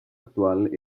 actual